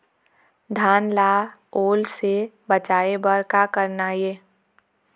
धान ला ओल से बचाए बर का करना ये?